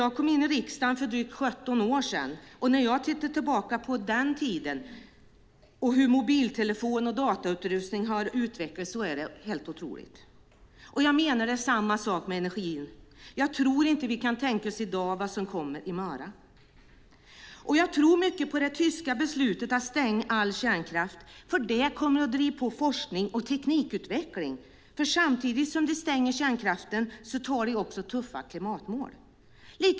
Jag kom in i riksdagen för drygt 17 år sedan, och när jag tittar tillbaka på den tiden och hur mobiltelefoner och datautrustningar har utvecklats är det helt otroligt. Jag menar att det är samma sak med energin. Jag tror inte att vi i dag kan tänka oss vad som kommer i morgon. Jag tror mycket på det tyska beslutet att stänga all kärnkraft eftersom det kommer att driva på forskning och teknikutveckling. Samtidigt som de stänger kärnkraften antar de nämligen också tuffa klimatmål.